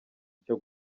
icyo